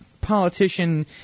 politician